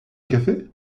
café